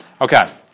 Okay